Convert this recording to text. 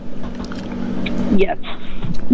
yes